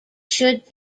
should